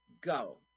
go